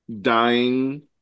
dying